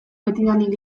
betidanik